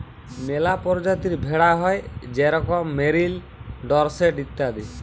ম্যালা পরজাতির ভেড়া হ্যয় যেরকম মেরিল, ডরসেট ইত্যাদি